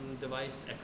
device